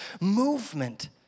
movement